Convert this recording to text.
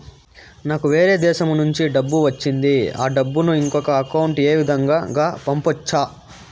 నాకు వేరే దేశము నుంచి డబ్బు వచ్చింది ఆ డబ్బును ఇంకొక అకౌంట్ ఏ విధంగా గ పంపొచ్చా?